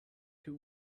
two